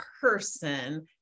person